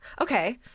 okay